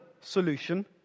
solution